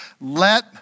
Let